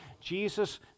Jesus